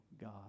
God